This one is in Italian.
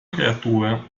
creatura